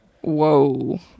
Whoa